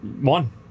One